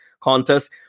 contest